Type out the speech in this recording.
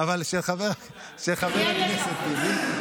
אבל של חבר הכנסת טיבי,